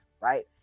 right